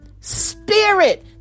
spirit